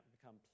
become